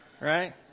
right